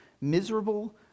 miserable